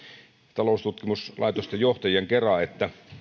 taloustutkimuslaitosten johtajien kera